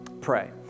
pray